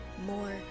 more